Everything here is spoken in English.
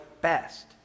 best